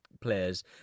players